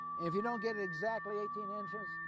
if you don't get it exactly eighteen inches,